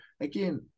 again